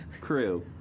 crew